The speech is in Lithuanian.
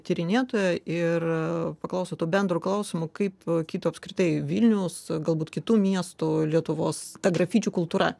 tyrinėtoją ir paklausiu to bendro klausimo kaip kito apskritai vilniaus galbūt kitų miestų lietuvos ta grafičių kultūra